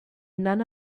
none